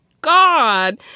God